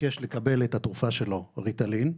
ביקש לקבל את התרופה שלו ריטלין,